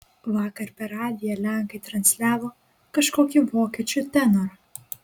vakar per radiją lenkai transliavo kažkokį vokiečių tenorą